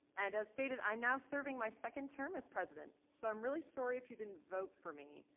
and as stated i'm now serving my second term as president. so i'm really sorry if you didn't vote for me,